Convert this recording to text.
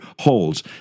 holds